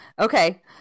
Okay